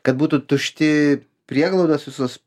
kad būtų tušti prieglaudos visos